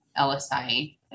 LSI